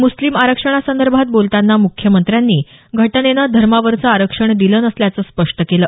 मुस्लिम आरक्षणासंदर्भात बोलताना मुख्यमंत्र्यांनी घटनेनं धर्मावरचं आरक्षण दिलं नसल्याचं स्पष्ट केलं